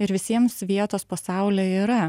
ir visiems vietos po saule yra